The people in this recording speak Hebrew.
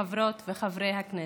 חברות וחברי הכנסת,